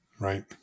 right